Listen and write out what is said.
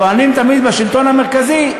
טוענים תמיד בשלטון המקומי,